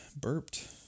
Burped